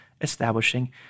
establishing